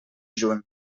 juny